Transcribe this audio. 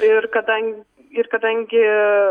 ir kadan ir kadangi